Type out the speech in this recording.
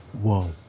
Whoa